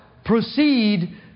Proceed